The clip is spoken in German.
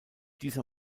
dieser